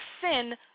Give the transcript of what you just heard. sin